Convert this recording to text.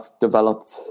developed